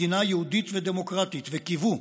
מדינה יהודית ודמוקרטית, וקיוו,